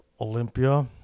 Olympia